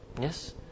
Yes